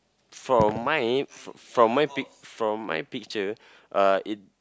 for my for for my pic for my picture uh it